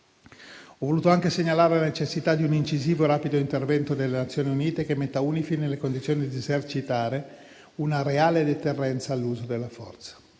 Ho voluto anche segnalare la necessità di un incisivo e rapido intervento delle Nazioni Unite che metta UNIFIL nelle condizioni di esercitare una reale deterrenza all'uso della forza.